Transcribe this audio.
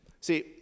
See